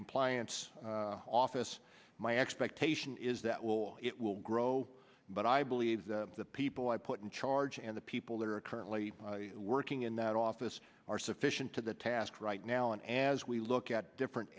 compliance office my expectation is that will it will grow but i believe the people i put in charge and the people that are currently working in that office are sufficient to the task right now and as we look at different